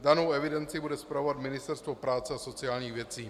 Danou evidenci bude spravovat Ministerstvo práce a sociálních věcí.